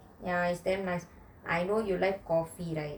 ya is damn nice I know you like coffee right